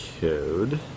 code